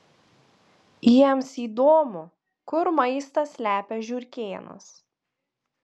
jiems įdomu kur maistą slepia žiurkėnas